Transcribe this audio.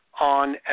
on